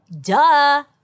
Duh